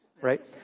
Right